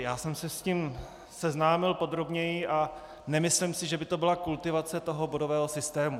Já jsem se s tím seznámil podrobněji a nemyslím si, že by to byla kultivace bodového systému.